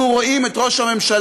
אנחנו רואים את ראש הממשלה,